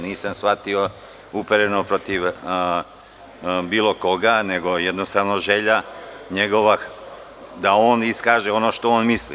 Nisam shvatio upereno protiv bilo koga, nego jednostavno želja njegova da on iskaže ono što on misli.